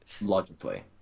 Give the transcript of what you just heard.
Logically